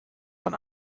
von